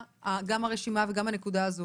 גם הרשימה וגם הנקודה הזאת